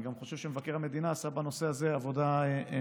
אני חושב גם שמבקר המדינה עשה בנושא הזה עבודה משמעותית,